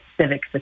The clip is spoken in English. civic